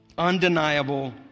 Undeniable